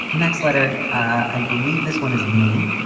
next letter, i believe this one is me.